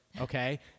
Okay